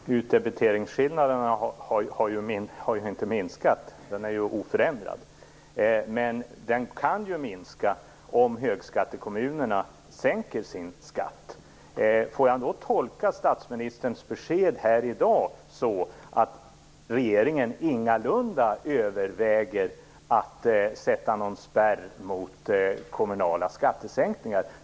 Fru talman! Utdebiteringsskillnaderna har inte minskat. De är oförändrade. Men de kan minska om högskattekommunerna sänker sin skatt. Får jag tolka statsministerns besked här i dag som att regeringen ingalunda överväger att sätta någon spärr mot kommunala skattesänkningar?